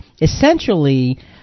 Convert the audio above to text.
essentially